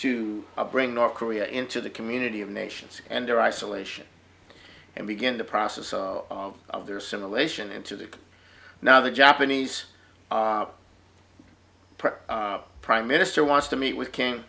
to bring north korea into the community of nations and their isolation and begin the process of their simulation into the now the japanese prime minister wants to meet with ki